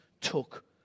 took